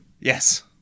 yes